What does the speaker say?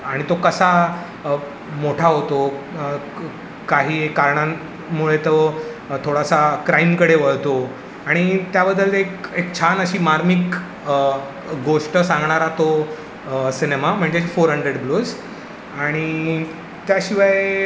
आणि तो कसा मोठा होतो काही कारणांमुळे तो थोडासा क्राईमकडे वळतो आणि त्याबद्दल एक एक छान अशी मार्मिक गोष्ट सांगणारा तो सिनेमा म्हणजे फोर हंड्रेड ब्लोज आणि त्याशिवाय